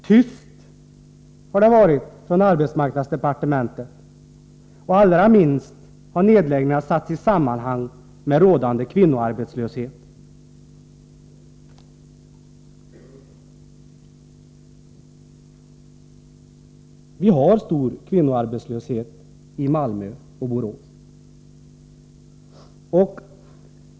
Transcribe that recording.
Det har varit tyst från arbetsmarknadsdepartementet, och allra minst har nedläggningarna satts i sammanhang med rådande kvinnoarbetslöshet. Vi har stor kvinnoarbetslöshet i Malmö och Borås.